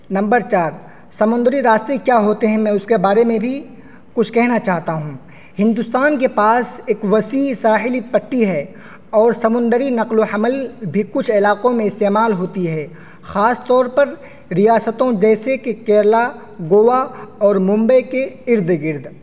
number چار سمندری راستے کیا ہوتے ہیں میں اس کے بارے میں بھی کچھ کہنا چاہتا ہوں ہندوستان کے پاس ایک وسیع ساحلی پٹی ہے اور سمندری نقل و حمل بھی کچھ علاقوں میں استعمال ہوتی ہے خاص طور پر ریاستوں جیسے کہ کیرل گوا اور ممبئی کے ارد گرد